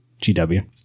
GW